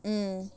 mm